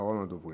אחרון הדוברים.